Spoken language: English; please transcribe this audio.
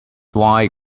wide